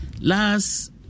Last